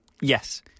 Yes